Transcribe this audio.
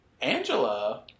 Angela